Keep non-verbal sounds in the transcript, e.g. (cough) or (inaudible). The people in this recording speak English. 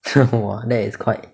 (laughs) !wah! that is quite